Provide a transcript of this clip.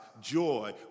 Joy